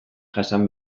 jasan